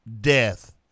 death